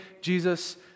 Jesus